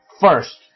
first